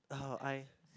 uh I